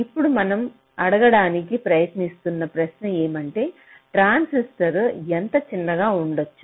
ఇప్పుడు మనం అడగడానికి ప్రయత్నిస్తున్న ప్రశ్న ఏమంటే ట్రాన్సిస్టర్ ఎంత చిన్నగా ఉండచ్చు